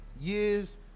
years